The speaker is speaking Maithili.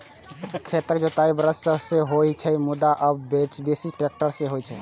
खेतक जोताइ बरद सं सेहो होइ छै, मुदा आब बेसी ट्रैक्टर सं होइ छै